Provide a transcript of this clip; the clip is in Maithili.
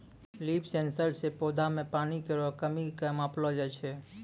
लीफ सेंसर सें पौधा म पानी केरो कमी क मापलो जाय छै